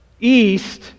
east